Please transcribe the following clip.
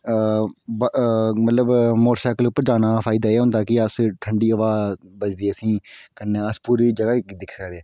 हां मतलब कि मोटरसाइकल उपर जाने दा फायदा ऐ होंदा कि अस ठंडी हवा बजदी असेंगी कन्नै अस पूरी जगह् दिक्खी सकदे